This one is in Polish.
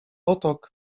potok